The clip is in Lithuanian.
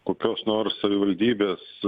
kokios nors savivaldybės